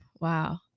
wow